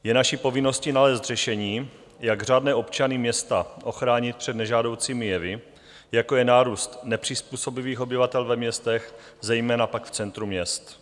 Je naší povinností nalézt řešení, jak řádné občany města ochránit před nežádoucími jevy, jako je nárůst nepřizpůsobivých obyvatel ve městech, zejména pak v centru měst.